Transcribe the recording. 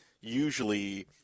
usually